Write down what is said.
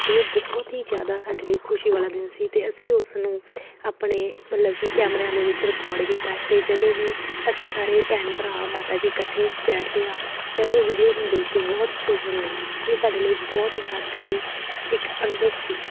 ਅਤੇ ਬਹੁਤ ਹੀ ਜ਼ਿਆਦਾ ਸਾਡੇ ਲਈ ਖੁਸ਼ੀ ਵਾਲਾ ਦਿਨ ਸੀ ਅਤੇ ਅਸੀਂ ਉਸ ਨੂੰ ਆਪਣੇ ਮਤਲਬ ਕਿ ਕੈਮਰਿਆਂ ਦੇ ਵਿੱਚ ਰਿਕਾਰਡ ਕੀਤਾ ਅਤੇ ਜਦੋਂ ਵੀ ਅਸੀਂ ਸਾਰੇ ਭੈਣ ਭਰਾ ਮਾਤਾ ਜੀ ਇਕੱਠੇ ਬੈਠਦੇ ਹਾਂ ਅਤੇ ਉਹ ਵੀਡੀਓ ਨੂੰ ਦੇਖ ਕੇ ਬਹੁਤ ਹੀ ਖੁਸ਼ ਹੁੰਦੇ ਹਾਂ ਇਹ ਸਾਡੇ ਲਈ ਬਹੁਤ ਹੀ ਯਾਦਗਾਰੀ ਇੱਕ ਅਨੁਭਵ ਸੀ